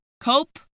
Cope